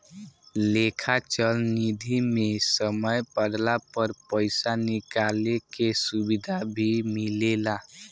लेखा चल निधी मे समय पड़ला पर पइसा निकाले के सुविधा भी मिलेला